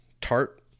tart